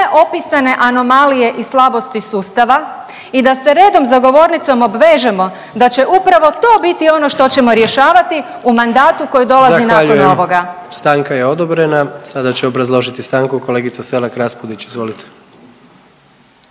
opisane anomalije i slabosti sustava i da se redom za govornicom obvežemo da će upravo to biti ono što ćemo rješavati u mandatu koje dolazi nakon ovoga. **Jandroković, Gordan (HDZ)** Zahvaljujem. Stanka je odobrena. Sada će obrazložiti stanku kolegica Selak Raspudić. Izvolite.